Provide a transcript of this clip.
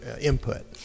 input